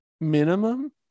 Minimum